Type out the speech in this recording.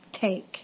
take